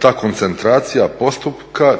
ta koncentracija postupka